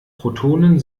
protonen